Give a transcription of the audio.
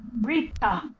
Rita